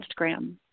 Instagram